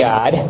God